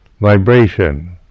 vibration